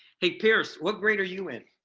hey pierce, what grade are you in?